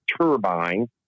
turbine